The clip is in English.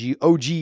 OG